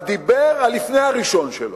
בדיבר הלפני הראשון שלו.